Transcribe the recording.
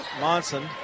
Monson